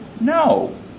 No